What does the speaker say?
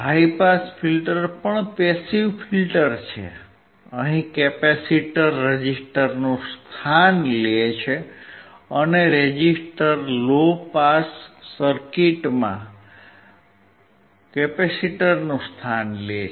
high pass filter પણ passive filter છે અહીં કેપેસિટર રેઝિસ્ટરનું સ્થાન લે છે અને રેઝિસ્ટર લો પાસ સર્કિટમાં કેપેસિટરનું સ્થાન લે છે